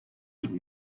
would